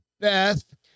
Beth